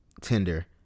Tinder